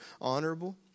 honorable